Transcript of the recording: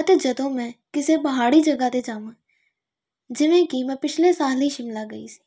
ਅਤੇ ਜਦੋਂ ਮੈਂ ਕਿਸੇ ਪਹਾੜੀ ਜਗ੍ਹਾ 'ਤੇ ਜਾਵਾਂ ਜਿਵੇਂ ਕਿ ਮੈਂ ਪਿਛਲੇ ਸਾਲ ਹੀ ਸ਼ਿਮਲਾ ਗਈ ਸੀ